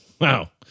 Wow